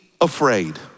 afraid